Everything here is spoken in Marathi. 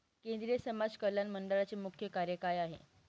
केंद्रिय समाज कल्याण मंडळाचे मुख्य कार्य काय आहे?